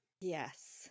Yes